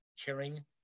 caring